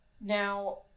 Now